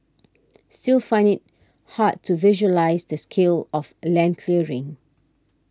still find it hard to visualise the scale of a land clearing